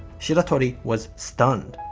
shiratori was stunned.